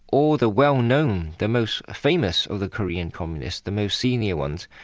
all the well-known, the most famous of the korean communists, the most senior ones,